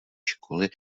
školy